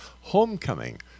Homecoming